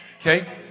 Okay